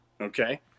okay